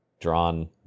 drawn